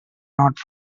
not